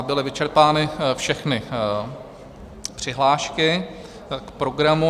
Byly vyčerpány všechny přihlášky k programu.